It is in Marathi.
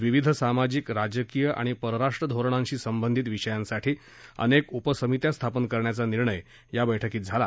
विविध सामाजिक राजकीय आणि परराष्ट्र धोरणांशी संबंधित विषयांसाठी अनेक उपसमित्या स्थापन करण्याचा निर्णय या बैठकीत झाला